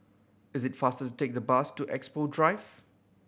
is it faster to take the bus to Expo Drive